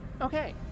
Okay